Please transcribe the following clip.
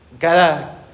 cada